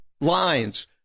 lines